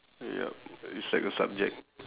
yup it's like a subject